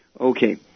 Okay